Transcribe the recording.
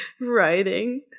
writing